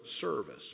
service